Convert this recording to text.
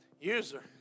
user